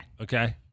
Okay